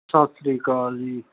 ਸਤਿ ਸ਼੍ਰੀ ਅਕਾਲ ਜੀ